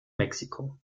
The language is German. mexiko